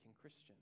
Christian